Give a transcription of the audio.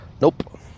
nope